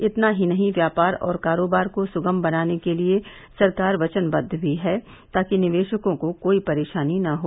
इतना ही नहीं व्यापार और कारोबार को सुगम बनाने के लिए सरकार वचनबद्व भी है ताकि निवेशकों को कोई परेशानी न हो